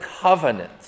covenant